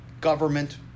government